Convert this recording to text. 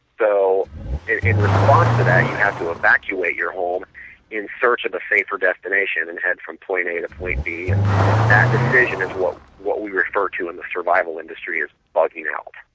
in in response to that you have to evacuate your home in search of a favored destination and head from point a to point b. and that decision is what what we refer to in the survival industry as bugging-out